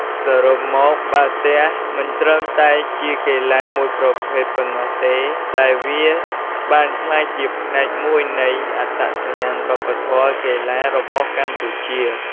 សរុបមក បាល់ទះមិនត្រឹមតែជាកីឡាមួយប្រភេទប៉ុណ្ណោះទេ តែវាបានក្លាយជាផ្នែកមួយនៃអត្តសញ្ញាណវប្បធម៌កីឡារបស់កម្ពុជា។